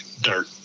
dirt